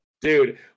Dude